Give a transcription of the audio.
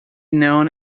known